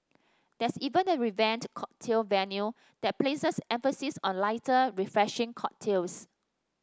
there's even a revamped cocktail menu that places emphasis on lighter refreshing cocktails